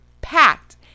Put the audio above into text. packed